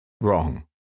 Wrong